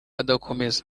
adakomeza